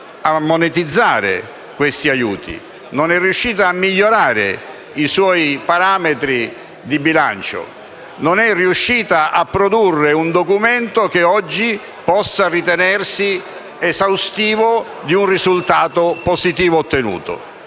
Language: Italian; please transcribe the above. non è riuscita a monetizzare questi aiuti, a migliorare i suoi parametri di bilancio né a produrre un documento che oggi possa ritenersi esaustivo di un risultato positivo ottenuto,